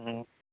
ହୁଁ